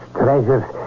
treasures